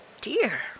dear